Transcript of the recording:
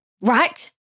right